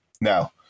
Now